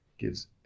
gives